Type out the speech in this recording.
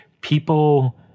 people